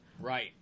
Right